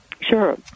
Sure